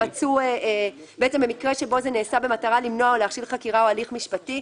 ורצו בעצם במקרה שזה נעשה כדי למנוע או להכשיל חקירה או הליך משפטי.